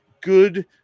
Good